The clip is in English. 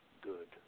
good